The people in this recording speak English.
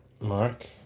Mark